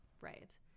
right